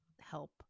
help